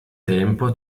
tempo